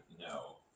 no